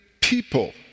people